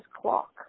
clock